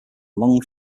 long